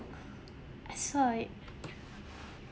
I saw it